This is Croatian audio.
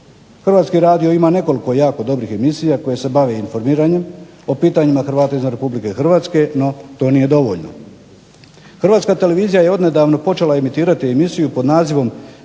Hrvatski radio ima nekoliko jako dobrih emisija koje se bave informiranjem po pitanjima Hrvata izvan RH, no to nije dovoljno. Hrvatska televizija je odnedavno počela emitirati emisiju pod nazivom